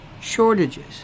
shortages